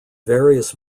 various